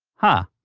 huh